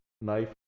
knife